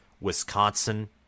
Wisconsin